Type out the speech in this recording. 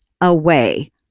away